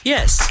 Yes